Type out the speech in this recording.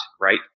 right